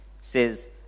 says